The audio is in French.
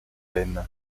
haine